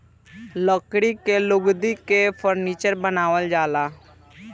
लकड़ी के लुगदी से फर्नीचर बनावल जाला